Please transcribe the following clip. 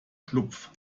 schlupf